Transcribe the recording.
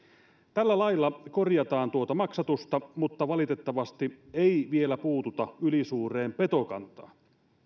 tällä lailla korjataan tuota maksatusta mutta valitettavasti ei vielä puututa ylisuureen petokantaan